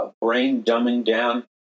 brain-dumbing-down